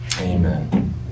Amen